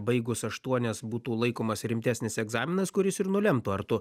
baigus aštuonias būtų laikomas rimtesnis egzaminas kuris ir nulemtų ar tu